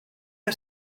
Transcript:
que